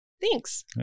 Thanks